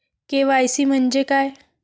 KYC म्हंजे काय?